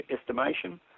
estimation